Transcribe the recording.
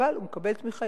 אבל הוא מקבל תמיכה,